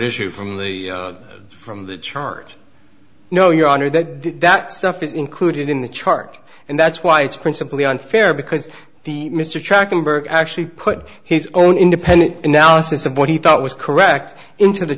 issue from the from the chart no your honor that that stuff is included in the chart and that's why it's principally unfair because the mr trachtenberg actually put his own independent analysis of what he thought was correct into the